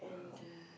um